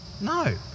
No